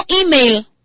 email